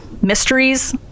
Mysteries